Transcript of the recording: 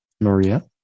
Maria